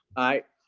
i.